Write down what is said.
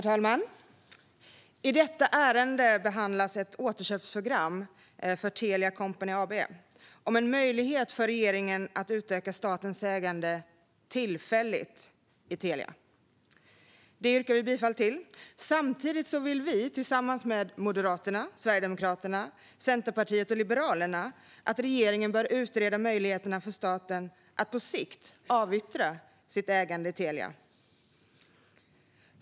Herr talman! I detta ärende behandlas ett återköpsprogram för Telia Company AB om en möjlighet för regeringen att utöka statens ägande - tillfälligt - i Telia. Det förslaget yrkar vi bifall till. Samtidigt vill vi tillsammans med Moderaterna, Sverigedemokraterna, Centerpartiet och Liberalerna att regeringen bör utreda möjligheterna för staten att på sikt avyttra sitt ägande i Telia.